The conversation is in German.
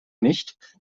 nicht